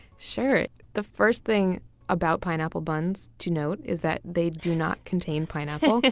sure. the first thing about pineapple buns to note, is that they do not contain pineapples, yeah